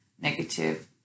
negative